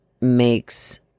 makes